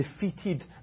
defeated